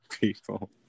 people